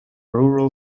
rural